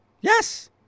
Yes